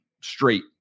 straight